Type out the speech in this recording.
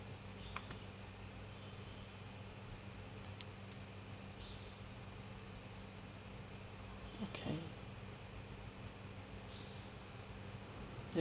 okay